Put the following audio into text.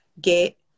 get